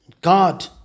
God